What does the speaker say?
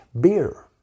beer